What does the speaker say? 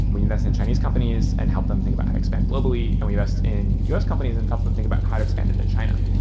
we invested in chinese companies and help them think about how to expand globally. and we invest in us companies and help them think about how to expand into china.